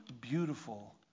beautiful